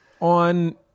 on